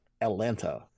Atlanta